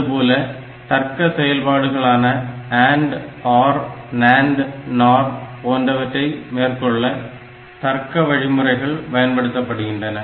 அதுபோல தர்க்க செயல்பாடுகளான AND OR NAND NOR போன்றவற்றை மேற்கொள்ள தர்க்க வழிமுறைகள் பயன்படுத்தப்படுகின்றன